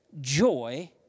joy